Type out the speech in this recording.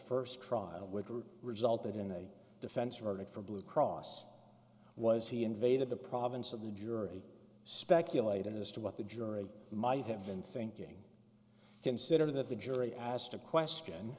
first trial which resulted in a defense verdict for blue cross was he invaded the province of the jury speculate as to what the jury might have been thinking consider that the jury asked a question